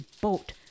boat